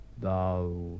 thou